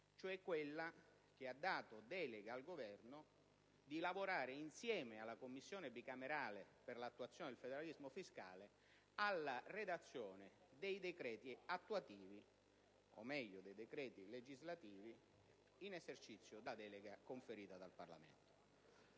cioè quella che ha delegato il Governo a lavorare, insieme alla Commissione bicamerale per l'attuazione del federalismo fiscale, alla redazione dei decreti attuativi, o meglio dei decreti legislativi, in esercizio della delega conferita dal Parlamento.